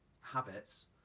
habits